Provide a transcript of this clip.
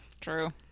True